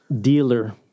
dealer